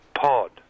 pod